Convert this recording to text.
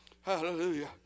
hallelujah